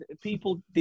people